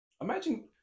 Imagine